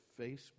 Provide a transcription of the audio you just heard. Facebook